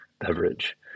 beverage